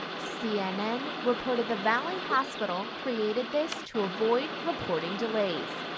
cnn reported the valley hospital created this to avoid reporting delays.